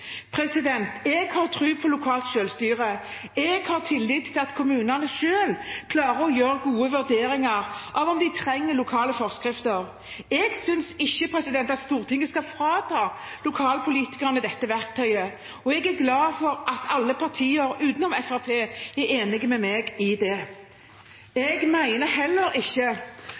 Jeg har tro på lokalt selvstyre. Jeg har tillit til at kommunene selv klarer å gjøre gode vurderinger av om de trenger lokale forskrifter. Jeg synes ikke at Stortinget skal frata lokalpolitikerne dette verktøyet, og jeg er glad for at alle partier utenom Fremskrittspartiet er enig med meg i det. Jeg mener heller ikke